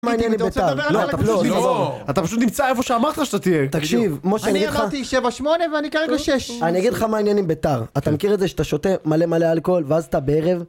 מה העניינים ביתר? לא, אתה פשוט נמצא איפה שאמרת שאתה תהיה תקשיב, משה אני אגיד לך אני אמרתי 7-8 ואני קראתי לו 6 אני אגיד לך מה העניין עם ביתר אתה מכיר את זה שאתה שותה מלא מלא אלכוהול ואז אתה בערב